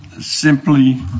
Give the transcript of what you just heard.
simply